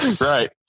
Right